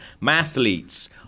mathletes